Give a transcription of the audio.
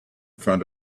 front